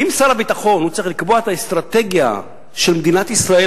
אם שר הביטחון צריך לקבוע את האסטרטגיה של מדינת ישראל,